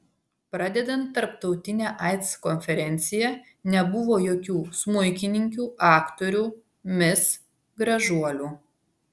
pradedant tarptautine aids konferencija nebuvo jokių smuikininkių aktorių mis gražuolių